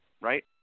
Right